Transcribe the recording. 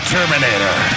Terminator